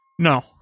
No